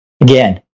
again